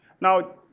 Now